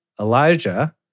Elijah